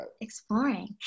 exploring